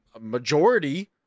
majority